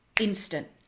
instant